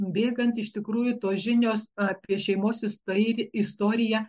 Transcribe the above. bėgant iš tikrųjų tos žinios apie šeimos istorij istoriją